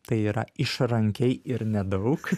tai yra išrankiai ir nedaug